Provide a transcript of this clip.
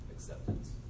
acceptance